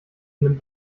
nimmt